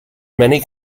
many